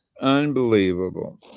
Unbelievable